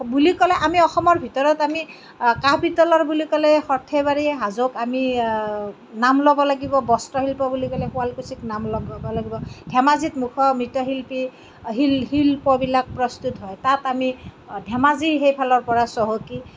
বুলি ক'লে আমি অসমৰ ভিতৰত আমি কাঁহ পিতলৰ বুলি ক'লে সৰ্থেবাৰী হাজোক আমি নাম ল'ব লাগিব বস্ত্ৰশিল্প বুলি ক'লে শুৱালকুছিত নাম লগাব লাগিব ধেমাজীত মৃৎ শিল্পী শিল্পবিলাক প্ৰস্তুত হয় তাত আমি ধেমাজী সেইফালৰ পৰা চহকী